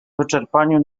wyczerpaniu